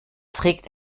trägt